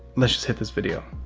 let's just hit this video.